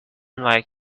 like